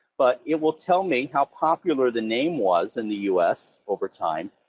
but it will tell me how popular the name was in the us over time.